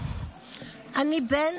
אני בן